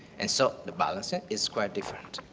and so the balancing is quite different.